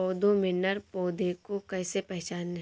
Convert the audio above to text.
पौधों में नर पौधे को कैसे पहचानें?